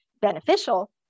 beneficial